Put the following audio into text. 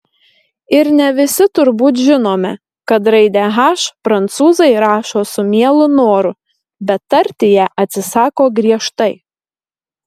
ir ne visi turbūt žinome kad raidę h prancūzai rašo su mielu noru bet tarti ją atsisako griežtai